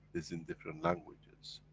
it's in different languages,